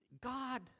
God